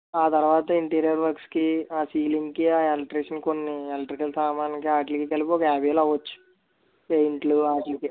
ఆ తర్వాత ఇంటీరియర్ వర్క్స్కి ఆ సీలింగ్కి ఆ ఎలక్ట్రిషన్ కొన్ని ఎలక్ట్రికల్ సామాన్లకి వాటికి కలిపి ఒక యెభైవేలు అవ్వొచ్చచు పెయింట్లు వాటికి